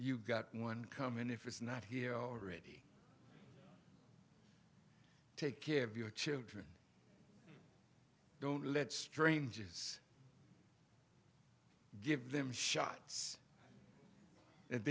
you got one coming if it's not here already take care of your children don't let strangers give them shots